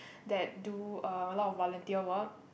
that do a lot of volunteer work